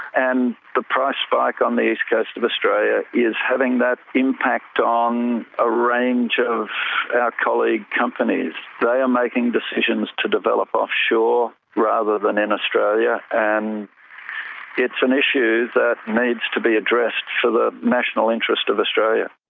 and the price spike on the east coast of australia is having that impact on a range of our colleague companies. they are making decisions to develop off-shore rather than in australia, and it's an issue that needs to be addressed for the national interest of australia.